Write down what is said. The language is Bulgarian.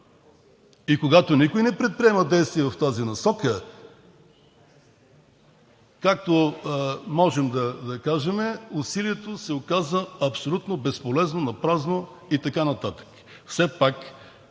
и когато никой не предприема действия в тази насока, можем да кажем: усилието се оказа абсолютно безполезно, напразно и така нататък.